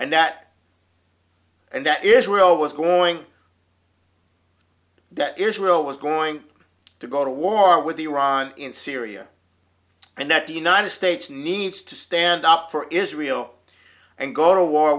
and that and that israel was going that israel was going to go to war with iran in syria and that the united states needs to stand up for israel and go to war